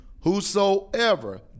Whosoever